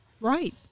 Right